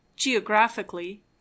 geographically